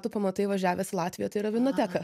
tu pamatai važiavęs į latviją tai yra vynoteka